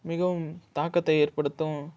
மிகவும் தாக்கத்தை ஏற்படுத்தும்